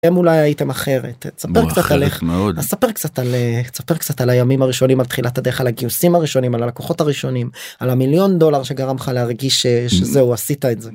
היום אולי הייתם אחרת. אז ספר קצת על איך, ספר קצת על הימים הראשונים, על תחילת הדרך, על הגיוסים הראשונים, על הלקוחות הראשונים, על המיליון דולר שגרם לך להרגיש שזהו, עשית את זה.